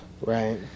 Right